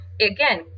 again